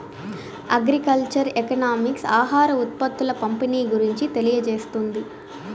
agriculture economics ఆహార ఉత్పత్తుల పంపిణీ గురించి తెలియజేస్తుంది